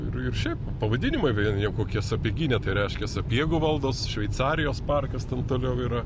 ir ir šiaip pavadinimai vien jau kokie sapiegynė tai reiškia sapiegų valdos šveicarijos parkas ten toliau yra